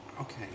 okay